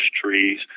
trees